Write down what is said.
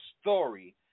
story